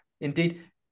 Indeed